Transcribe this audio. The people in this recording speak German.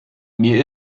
mir